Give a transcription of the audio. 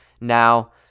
Now